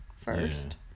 first